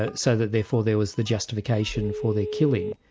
ah so that therefore there was the justification for their killing.